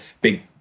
big